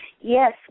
Yes